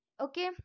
okay